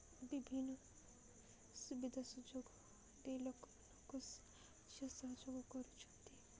ବିଭିନ୍ନ ସୁବିଧା ସୁଯୋଗଟି ଲୋକମାନଙ୍କୁ ସହଯୋଗ କରୁଛନ୍ତି